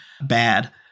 bad